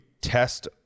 test